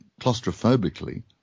claustrophobically